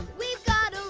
we've got